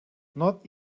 not